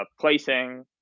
placing